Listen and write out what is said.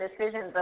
decisions